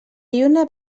lluna